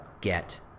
get